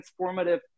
transformative